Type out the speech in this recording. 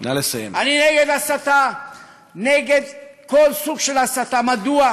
אני אמרתי במפורש בדיוק את מה שאתה אמרת על אורשר ועל גרבוז,